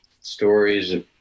stories